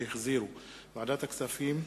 שהחזירו ועדת הכספים,